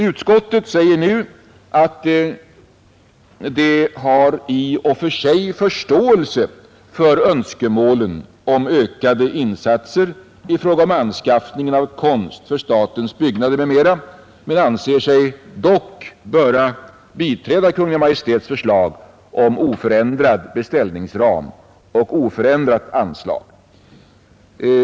Utskottet säger nu att det i och för sig har förståelse för önskemålen om ökade insatser i fråga om anskaffningen av konst för statens byggnader m.m. men anser sig dock böra biträda Kungl. Maj:ts förslag om oförändrad beställningsram och oförändrat anslag.